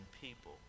people